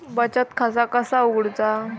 बचत खाता कसा उघडूचा?